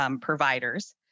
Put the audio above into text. providers